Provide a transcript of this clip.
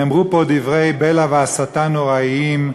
נאמרו פה דברי בלע והסתה נוראים,